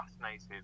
fascinated